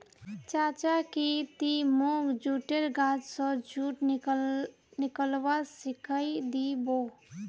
चाचा की ती मोक जुटेर गाछ स जुट निकलव्वा सिखइ दी बो